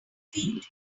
feet